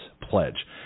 Pledge